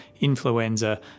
influenza